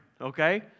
Okay